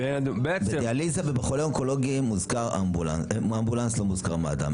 בדיאליזה ובחולה אונקולוגי מוזכר אמבולנס לא מד"א.